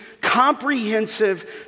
comprehensive